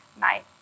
night